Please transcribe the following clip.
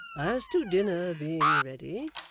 as to dinner being ready,